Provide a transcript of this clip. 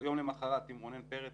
יום למחרת עם רונן פרץ